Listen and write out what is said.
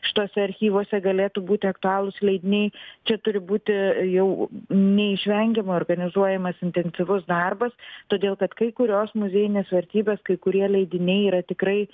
šituose archyvuose galėtų būti aktualūs leidiniai čia turi būti jau neišvengiamai organizuojamas intensyvus darbas todėl kad kai kurios muziejinės vertybės kai kurie leidiniai yra tikrai